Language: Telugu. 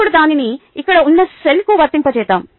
ఇప్పుడు దానిని ఇక్కడ ఉన్న సెల్ కు వర్తింపజేద్దాం